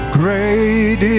great